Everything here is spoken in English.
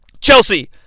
Chelsea